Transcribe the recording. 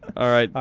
all right,